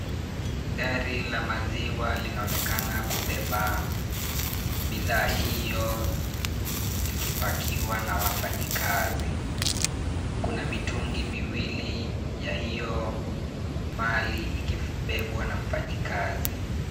Gari la maziwa linaonekana kubeba bidhaa hiyo ikipakiwa na wafanyikazi. Kuna mitungi miwili ya hiyo mali ikibebwa na mfanyikazi.